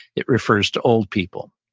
it refers to old people.